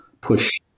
push